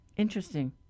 interesting